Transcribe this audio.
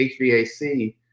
HVAC